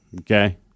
Okay